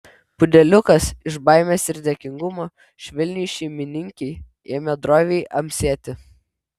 pudeliukas iš baimės ir dėkingumo švelniai šeimininkei ėmė droviai amsėti